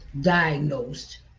diagnosed